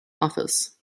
office